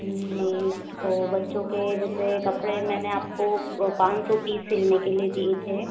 जी तो बच्चों के जैसे कपड़े मैंने आपको पाँच सौ पीस सिलने के लिए दिए थे